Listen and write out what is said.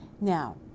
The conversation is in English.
Now